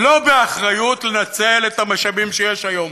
לא באחריות לנצל את המשאבים שיש היום,